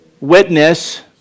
witness